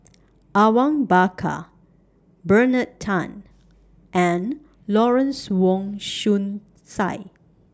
Awang Bakar Bernard Tan and Lawrence Wong Shyun Tsai